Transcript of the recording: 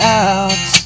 out